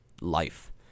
Life